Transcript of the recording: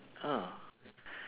ah